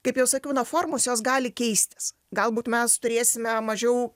kaip jau sakiau na formos jos gali keistis galbūt mes turėsime mažiau